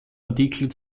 artikel